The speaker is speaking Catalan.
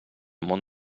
món